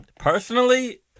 Personally